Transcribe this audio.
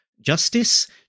Justice